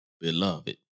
beloved